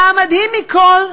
והמדהים מכול,